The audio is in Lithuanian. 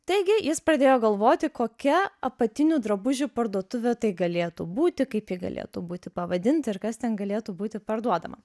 taigi jis pradėjo galvoti kokia apatinių drabužių parduotuvė tai galėtų būti kaip ji galėtų būti pavadinta ir kas ten galėtų būti parduodama